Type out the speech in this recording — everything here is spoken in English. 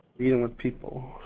meeting with people.